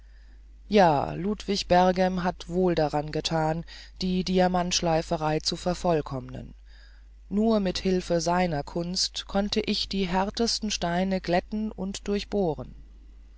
ja ludwig berghem hat wohl daran gethan die diamantschleiferei zu vervollkommnen nur mit hilfe seiner kunst konnte ich die härtesten steine glätten und durchbohren